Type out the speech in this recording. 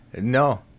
No